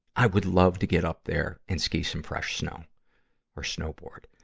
i would love to get up there and ski some fresh snow or snowboard.